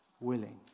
willing